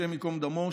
השם ייקום דמו,